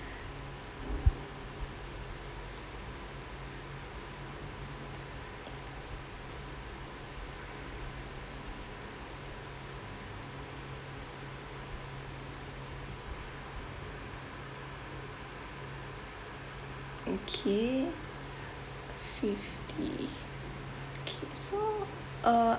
okay fifty K so uh